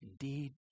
indeed